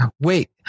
Wait